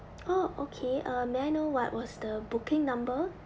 oh okay uh may l know what was the booking number